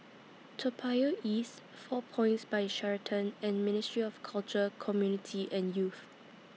Toa Payoh East four Points By Sheraton and Ministry of Culture Community and Youth